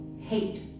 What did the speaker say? hate